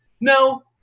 No